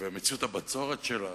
ומציאות הבצורת שלנו.